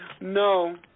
no